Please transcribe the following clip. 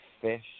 fish